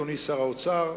אדוני שר האוצר.